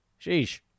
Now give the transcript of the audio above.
Sheesh